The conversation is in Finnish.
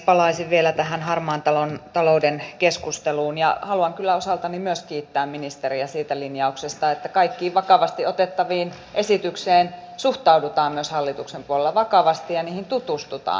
palaisin vielä tähän harmaan talouden keskusteluun ja haluan kyllä myös osaltani kiittää ministeriä siitä linjauksesta että kaikkiin vakavasti otettaviin esityksiin suhtaudutaan myös hallituksen puolella vakavasti ja niihin tutustutaan